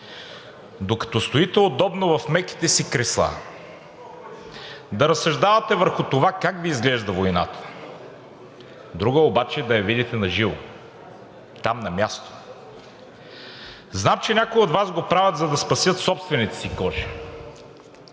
докато стоите удобно в меките си кресла, да разсъждавате върху това как Ви изглежда войната, друго е обаче да я видите на живо, там на място. Знам, че някои от Вас го правят, за да спасят собствените си кожи,